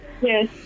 Yes